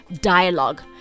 dialogue